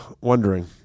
wondering